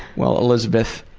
well, elizabeth,